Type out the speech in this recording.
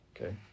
Okay